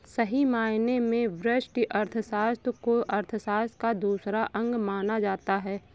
सही मायने में व्यष्टि अर्थशास्त्र को अर्थशास्त्र का दूसरा अंग माना जाता है